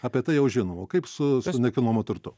apie tai jau žino o kaip su su nekilnojamu turtu